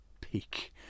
peak